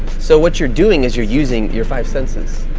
so what you're doing is you're using your five senses.